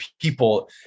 people